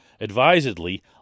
advisedly